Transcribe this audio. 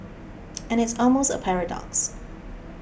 and it's almost a paradox